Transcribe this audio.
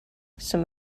some